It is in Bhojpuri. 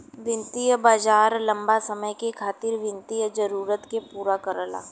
वित्तीय बाजार लम्बा समय के खातिर वित्तीय जरूरत के पूरा करला